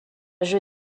jeu